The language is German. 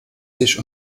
sich